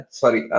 sorry